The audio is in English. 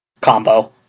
combo